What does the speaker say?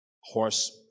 horse